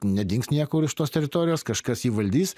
nedings niekur iš tos teritorijos kažkas jį valdys